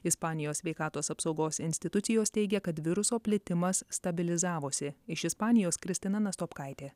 ispanijos sveikatos apsaugos institucijos teigia kad viruso plitimas stabilizavosi iš ispanijos kristina nastopkaitė